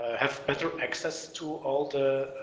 have better access to all the,